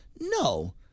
No